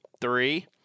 three